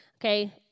Okay